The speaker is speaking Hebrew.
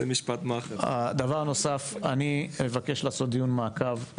בנוסף, אבקש לעשות דיון מעקב,